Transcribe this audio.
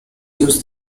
use